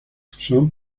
son